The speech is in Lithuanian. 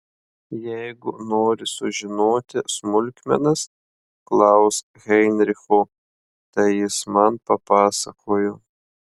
jeigu nori sužinoti smulkmenas klausk heinricho tai jis man papasakojo